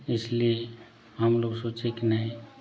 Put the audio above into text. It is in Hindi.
इसलिए हम लोग सोचे कि नहीं